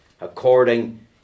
according